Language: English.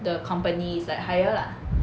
the company is like higher lah